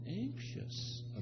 anxious